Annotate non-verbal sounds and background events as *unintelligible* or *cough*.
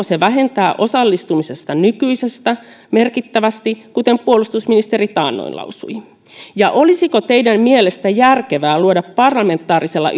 *unintelligible* se vähentää osallistumista nykyisestä merkittävästi kuten puolustusministeri taannoin lausui ja olisiko teidän mielestänne järkevää luoda parlamentaarisella *unintelligible*